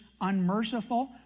unmerciful